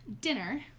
dinner